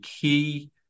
key